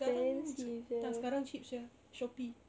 sekarang sek~ tak sekarang cheap sia Shopee